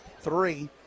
three